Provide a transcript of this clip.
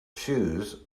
shoes